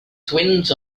twins